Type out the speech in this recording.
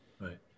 right